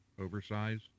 oversized